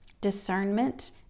discernment